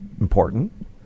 important